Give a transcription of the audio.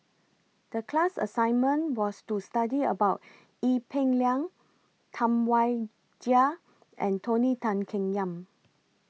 The class assignment was to study about Ee Peng Liang Tam Wai Jia and Tony Tan Keng Yam